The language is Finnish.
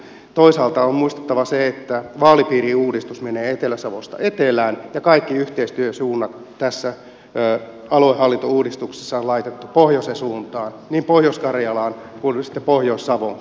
toisaalta on muistettava se että vaalipiiriuudistus menee etelä savosta etelään ja kaikki yhteistyö tässä aluehallintouudistuksessa on laitettu pohjoisen suuntaan niin pohjois karjalaan kuin nyt sitten pohjois savoonkin